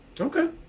Okay